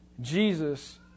Jesus